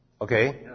Okay